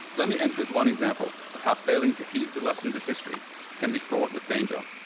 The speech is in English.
let me end with one example of how failing to heed the lessons of history can be fraught with danger.